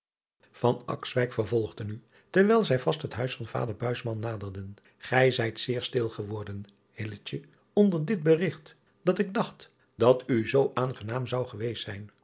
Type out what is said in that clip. vervolgde nu terwijl zij vast het huis van vader naderden ij zijt zeer stil geworden onder dit berigt dat ik dacht dat u zoo aangenaam zou geweest zijn